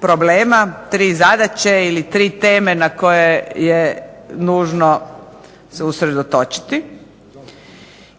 problema, 3 zadaće ili 3 teme na koje je nužno se usredotočiti.